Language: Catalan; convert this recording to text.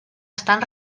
estan